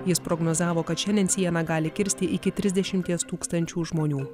jis prognozavo kad šiandien sieną gali kirsti iki trisdešimties tūkstančių žmonių